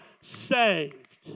saved